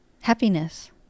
Happiness